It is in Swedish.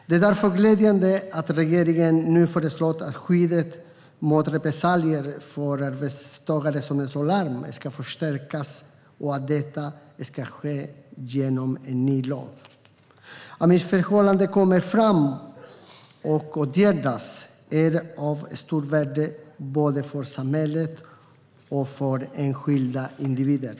Det är därför glädjande att regeringen nu föreslår att skyddet mot repressalier för arbetstagare som slår larm ska förstärkas och att detta ska ske genom en ny lag. Att missförhållanden kommer fram och åtgärdas är av stort värde både för samhället och för enskilda individer.